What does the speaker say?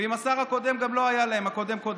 וגם עם השר הקודם לא היה להם, הקודם-קודם,